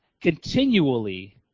continually